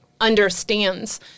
understands